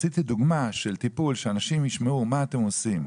רציתי דוגמה של טיפול שאנשים ישמעו מה אתם עושים.